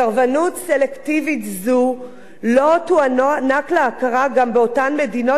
סרבנות סלקטיבית זו לא תוענק לה הכרה גם באותן מדינות